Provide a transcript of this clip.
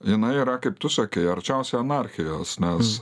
jinai yra kaip tu sakei arčiausiai anarchijos nes